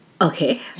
okay